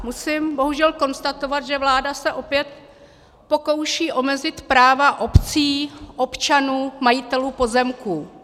Musím bohužel konstatovat, že vláda se opět pokouší omezit práva obcí, občanů, majitelů pozemků.